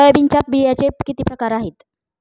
सोयाबीनच्या बियांचे किती प्रकार आहेत?